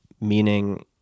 meaning